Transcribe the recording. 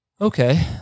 Okay